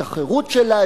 את החירות שלה,